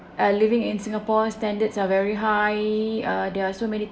uh living in singapore standards are very high uh there are so many